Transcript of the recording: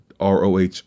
roh